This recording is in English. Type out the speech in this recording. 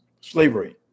slavery